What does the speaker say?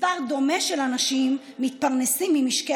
מספר דומה של אנשים מתפרנסים ממשקי